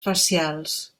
facials